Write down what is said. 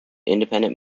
independent